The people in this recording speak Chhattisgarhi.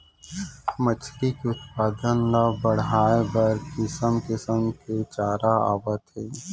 मछरी के उत्पादन ल बड़हाए बर किसम किसम के चारा आवत हे